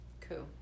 Cool